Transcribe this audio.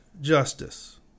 justice